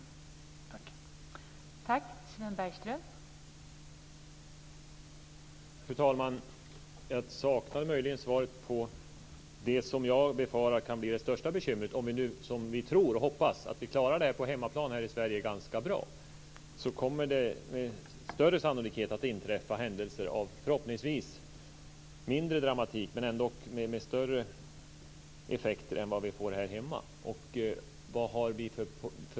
Tack!